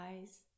eyes